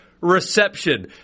reception